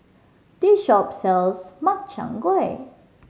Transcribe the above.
this shop sells Makchang Gui